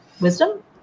wisdom